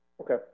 Okay